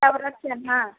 कोरोनाची हां